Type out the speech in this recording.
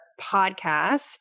podcast